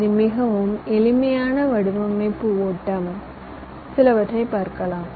இது மிகவும் எளிமையான வடிவமைப்பு ஓட்டம் சிலவற்றை பார்க்கலாம்